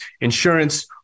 insurance